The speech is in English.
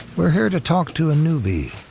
we're here to talk to a newbie.